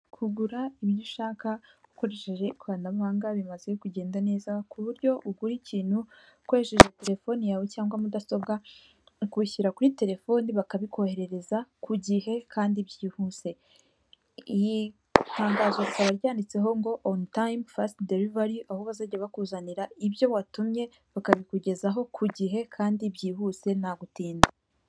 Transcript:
kugura ibyo ushaka ukoresheje ikoranabuhanga bimaze kugenda neza ku buryo ugura ikintu ukoresheje terefoni yawe cyangwa mudasobwa ukishyura kuri telefoni bakabikoherereza ku gihe kandi byihuse, iri tangazo rikaba ryanditseho ngo onu tayime fasite derivari aho bazajya bakuzanira ibyo watumye bakabikugezaho ku gihe kandi byihuse nta gutinda